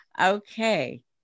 okay